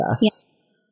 Yes